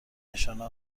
نشانه